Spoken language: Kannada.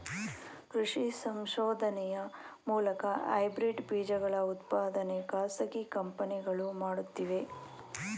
ಕೃಷಿ ಸಂಶೋಧನೆಯ ಮೂಲಕ ಹೈಬ್ರಿಡ್ ಬೀಜಗಳ ಉತ್ಪಾದನೆ ಖಾಸಗಿ ಕಂಪನಿಗಳು ಮಾಡುತ್ತಿವೆ